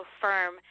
firm